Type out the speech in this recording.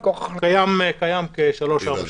הוא קיים 4-3 שנים.